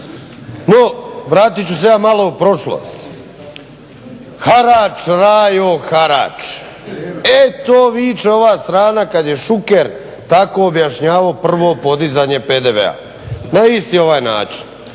No, vratit ću se ja malo u prošlost. Harač rajo harač. Eto viče ova strana kad je Šuker tako objašnjavao prvo podizanje PDV-a na isti ovaj način.